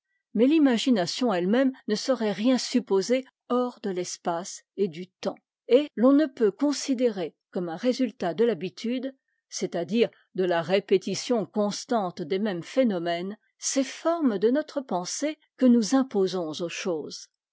mais l'imagination elle-même ne saurait rien supposer hors de l'espace et du temps et l'on ne peut considérer comme un résultat de l'habitude c'est-àdire de la répétition constante des mêmes phénomènes ces formes de notre pensée que nous imposons aux choses